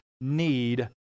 need